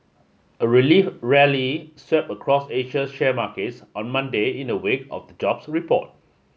a relief rally swept across Asian share markets on Monday in a wake of jobs report